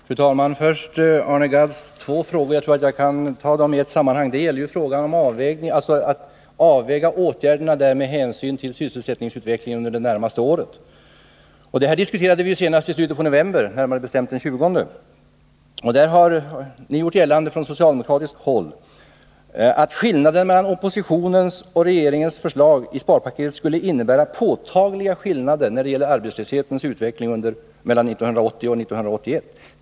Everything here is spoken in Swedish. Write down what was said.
Fru talman! Först och främst gäller det Arne Gadds två frågor, och jag kan ta dem i ett sammanhang. Det gäller att avväga åtgärder med hänsyn till sysselsättningsutvecklingen under det närmaste året. Detta diskuterade vi i slutet av november, närmare bestämt den 20 november. Ni har från socialdemokratiskt håll gjort gällande att det skulle vara påtagliga skillnader mellan oppositionens och regeringens förslag i fråga om inverkan på arbetslöshetens utveckling mellan 1980 och 1981.